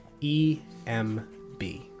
E-M-B